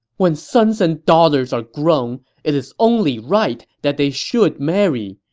when sons and daughters are grown, it is only right that they should marry.